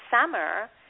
summer